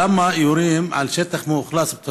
ברצוני לשאול: למה יורים פצצות תאורה על שטח מאוכלס?